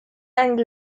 and